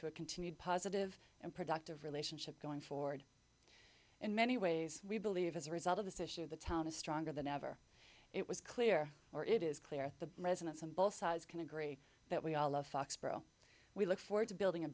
a continued positive and productive relationship going forward in many ways we believe as a result of this issue the town is stronger than ever it was clear or it is clear the residents on both sides can agree that we all love foxborough we look forward to building a